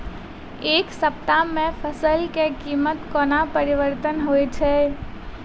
एक सप्ताह मे फसल केँ कीमत कोना परिवर्तन होइ छै?